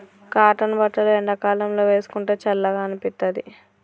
cotton బట్టలు ఎండాకాలం లో వేసుకుంటే చల్లగా అనిపిత్తది